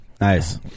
nice